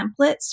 templates